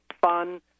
fun